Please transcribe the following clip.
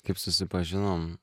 kaip susipažinom